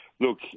Look